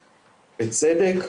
בצדק,